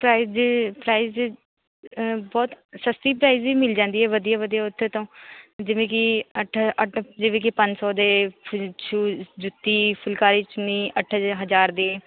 price price ਬਹੁਤ ਸਸਤੀ price ਵੀ ਮਿਲ ਜਾਂਦੀ ਹੈ ਵਧੀਆ ਵਧੀਆ ਉੱਥੇ ਤੋਂ ਜਿਵੇਂ ਕੀ ਅੱਠ ਅੱਠ ਜਿਵੇਂ ਕੀ ਪੰਜ ਸੌ ਦੇ ਸ਼ੂ ਸ਼ੂਜ਼ ਜੁੱਤੀ ਫੁੱਲਕਾਰੀ ਚੁੰਨੀ ਅੱਠ ਹਜ਼ਾਰ ਦੀ